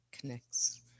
connects